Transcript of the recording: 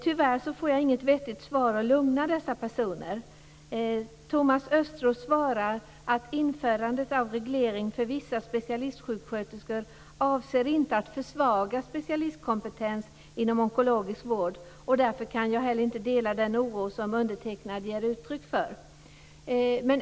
Tyvärr får jag inget vettigt svar att lugna dessa personer med. Thomas Östros svarar: "Införandet av reglering för vissa specialistsjuksköterskor avser inte att försvaga specialistkompetensen inom onkologisk vård och därför kan jag heller inte dela den oro som Ulla Britt Hagström här ger uttryck för."